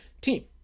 team